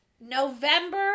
November